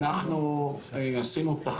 אחרי כן נשמע את נציגי משרד הבריאות.